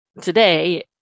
today